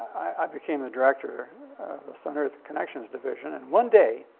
i became the director of the sun-earth connections division. and one day,